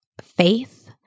faith